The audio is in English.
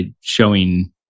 showing